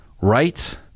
Right